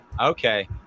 Okay